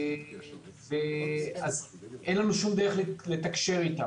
אין לנו שום דרך לתקשר איתם.